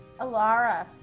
Alara